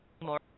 more